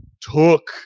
took